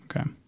Okay